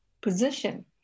position